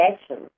actions